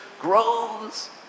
grows